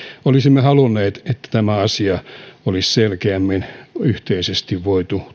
olisimme halunneet että tämä asia olisi selkeämmin yhteisesti voitu